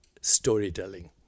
storytelling